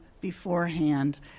beforehand